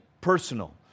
personal